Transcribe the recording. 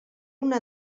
una